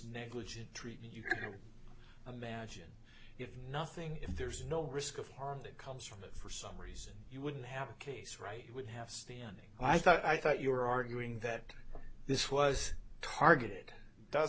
negligent treatment you can imagine if nothing if there's no risk of harm that comes from it for some reason you wouldn't have a case right would have standing i thought i thought you were arguing that this was targeted does